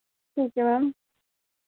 ठीक ऐ मैम